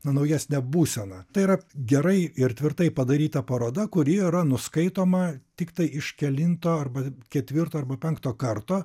naujesnę būseną tai yra gerai ir tvirtai padaryta paroda kuri yra nuskaitoma tiktai iš kelinto arba ketvirto arba penkto karto